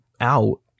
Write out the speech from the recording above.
out